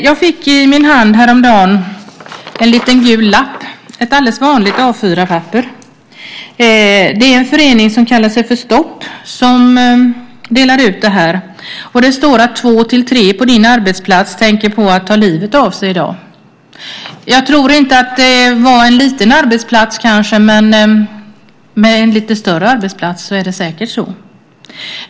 Jag fick i min hand häromdagen en gul lapp, ett alldeles vanligt A 4-papper. Det är en förening som kallar sig för Stopp som delar ut detta. Där står: Två till tre på din arbetsplats tänker på att ta livet av sig i dag. Jag tror inte att det syftar på en liten arbetsplats, men på en lite större arbetsplats är det säkert så.